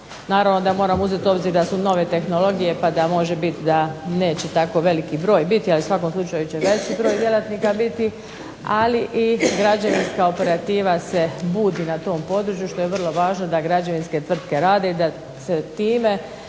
Naravno da moramo uzet u obzir da su nove tehnologije pa da može biti da neće tako veliki broj biti, ali u svakom slučaju će veći broj djelatnika biti, ali i građevinska operativa se budi na tom području što je vrlo važno da građevinske tvrtke rade, da se time